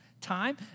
time